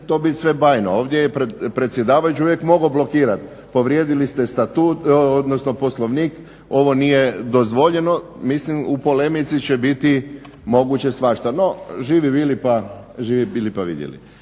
to bit sve bajno. Ovdje je predsjedavajući uvijek mogao blokirati, povrijedili ste statut, odnosno Poslovnik, ovo nije dozvoljeno. Mislim u polemici će biti moguće svašta. No, živi bili pa vidjeli.